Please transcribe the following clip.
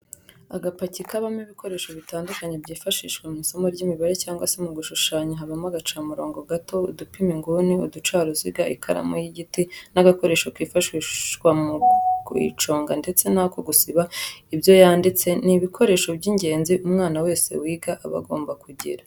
Agapaki kabamo ibikoresho bitandukanye byifashishwa mw'isomo ry'imibare cyangwa se mu gushushanya habamo agacamurongo gato, udupima inguni, uducaruziga ,ikaramu y'igiti n'agakoresho kifashishwa mu kuyiconga ndetse n'ako gusiba ibyo yanditse, ni ibikoresho by'ingenzi umwana wese wiga aba agomba kugira.